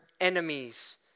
enemies